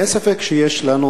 אין ספק שיש לנו